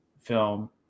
film